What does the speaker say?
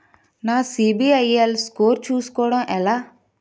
నా CIBIL score చుస్కోవడం ఎలా?